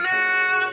now